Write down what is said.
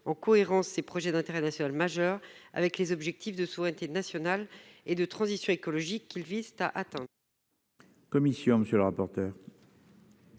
en cohérence ses projets d'intérêt national majeur avec les objectifs de souveraineté nationale et de transition écologique qui vise à atteint.